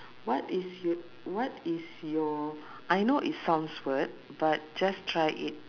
what is you~ what is your I know it sounds weird but just try it